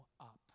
up